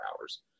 hours